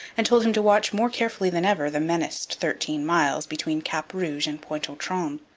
and told him to watch more carefully than ever the menaced thirteen miles between cap rouge and pointe aux trembles.